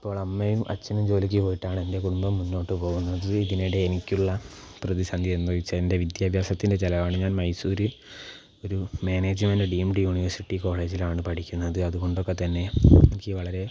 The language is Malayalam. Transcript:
ഇപ്പോൾ അമ്മയും അച്ഛനും ജോലിയ്ക്ക് പോയിട്ടാണ് എൻ്റെ കുടുംബം മുന്നോട്ട് പോകുന്നത് ഇതിനിടെ എനിക്കുള്ള പ്രതിസന്ധി എന്ന് വച്ചാൽ എൻ്റെ വിദ്യാഭ്യാസത്തിൻ്റെ ചിലവാണ് ഞാൻ മൈസൂർ ഒരു management D M D university കോളേജിലാണ് പഠിക്കുന്നത് അതുകൊണ്ടൊക്കെ തന്നെ എനിക്ക് വളരെ